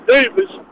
Davis